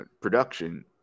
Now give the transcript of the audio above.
production